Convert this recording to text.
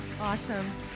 Awesome